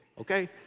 okay